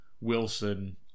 Wilson